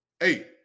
Eight